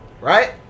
Right